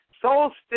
Solstice